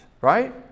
right